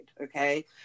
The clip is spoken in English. okay